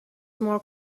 more